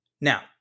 Now